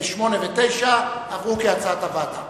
8 9 התקבלו, כהצעת הוועדה.